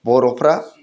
बर'फ्रा